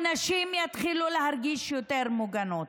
הנשים יתחילו להרגיש יותר מוגנות.